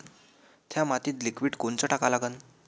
थ्या मातीत लिक्विड कोनचं टाका लागन?